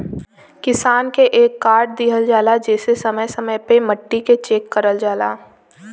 किसान के एक कार्ड दिहल जाला जेसे समय समय पे मट्टी के चेक करल जाला